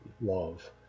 love